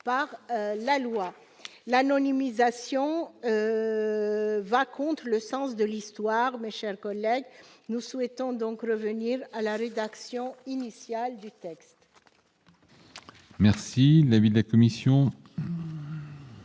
par la loi ». L'anonymisation va contre le sens de l'histoire, mes chers collègues. Nous souhaitons donc revenir à la rédaction initiale du texte.